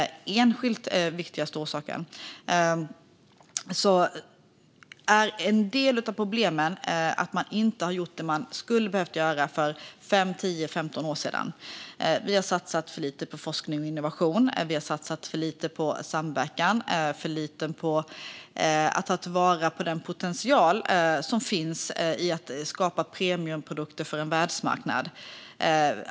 Men en annan del av problemen är att man inte har gjort vad man skulle ha behövt göra för fem, tio eller femton år sedan. Vi har satsat för lite på forskning och innovation. Vi har satsat för lite på samverkan. Vi har satsat för lite på att ta vara på den potential som finns i att skapa premiumprodukter för en världsmarknad.